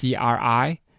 cri